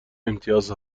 امتیاز